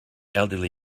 elderly